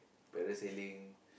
parasailing